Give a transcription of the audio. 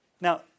Now